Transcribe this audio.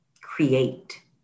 Create